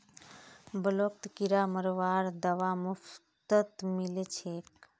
ब्लॉकत किरा मरवार दवा मुफ्तत मिल छेक